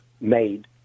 made